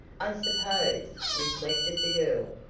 i suppose, reflected the girl,